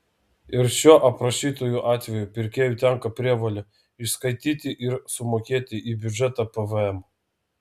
ir šiuo aprašytuoju atveju pirkėjui tenka prievolė išskaityti ir sumokėti į biudžetą pvm